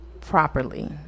properly